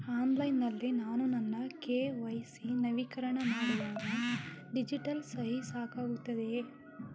Online ನಲ್ಲಿ ನಾನು ನನ್ನ ಕೆ.ವೈ.ಸಿ ನವೀಕರಣ ಮಾಡುವಾಗ ಡಿಜಿಟಲ್ ಸಹಿ ಸಾಕಾಗುತ್ತದೆಯೇ?